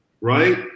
right